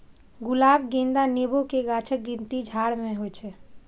गुलाब, गेंदा, नेबो के गाछक गिनती झाड़ मे होइ छै